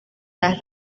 las